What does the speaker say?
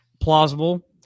plausible